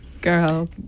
Girl